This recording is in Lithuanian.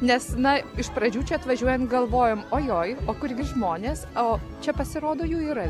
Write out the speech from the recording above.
nes na iš pradžių čia atvažiuojant galvojome oi oi o kurgi žmonės o čia pasirodo jų yra